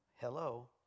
Hello